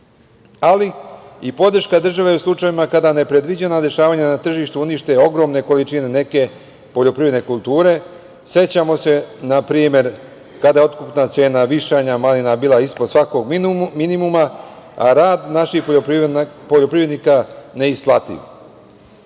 ali i podrška države u slučajevima kada nepredviđena dešavanja na tržištu unište ogromne količine neke poljoprivredne kulture. Sećamo se, na primer, kada je otkupna cena višanja i malina bila ispod svakog minimuma, a rad naših poljoprivrednika neisplativ. Zato